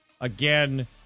again